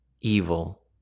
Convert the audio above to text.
evil